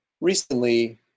recently